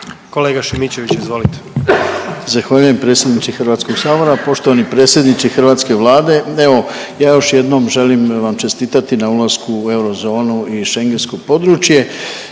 **Šimičević, Rade (HDZ)** Zahvaljujem predsjedniče HS-a, poštovani predsjedniče hrvatske Vlade. Evo, ja još jednom želim vam čestitati na ulasku u eurozonu i šengensko područje